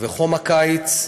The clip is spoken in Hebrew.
ובחום הקיץ,